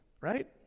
right